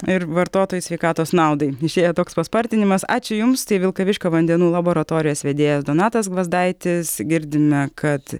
ir vartotojų sveikatos naudai išėjo toks paspartinimas ačiū jums tai vilkaviškio vandenų laboratorijos vedėjas donatas gvazdaitis girdime kad